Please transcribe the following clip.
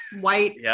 white